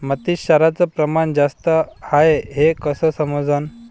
मातीत क्षाराचं प्रमान जास्त हाये हे कस समजन?